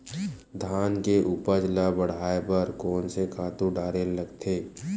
धान के उपज ल बढ़ाये बर कोन से खातु डारेल लगथे?